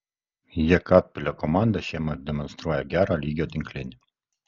jekabpilio komanda šiemet demonstruoja gero lygio tinklinį